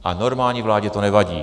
A normální vládě to nevadí.